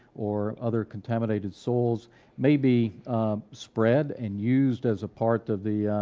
or other contaminated souls may be spread, and used as a part of the